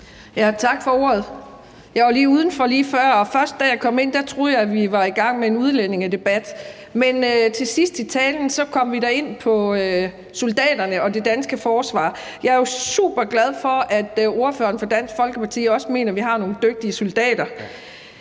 Tak for ordet. Jeg var gået udenfor lige før, og da jeg kom igen, troede jeg først, at vi var i gang med en udlændingedebat. Men til sidst i talen kom vi da ind på soldaterne og det danske forsvar. Jeg er jo superglad for, at ordføreren for Dansk Folkeparti også mener, at vi har nogle dygtige soldater.